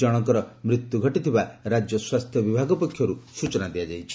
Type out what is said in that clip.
ଜଣଙ୍କର ମୃତ୍ୟୁ ଘଟିଛି ବୋଲି ରାଜ୍ୟ ସ୍ୱାସ୍ଥ୍ୟ ବିଭାଗ ପକ୍ଷର୍ତ ସ୍ୱଚନା ଦିଆଯାଇଛି